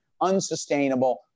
unsustainable